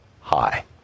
high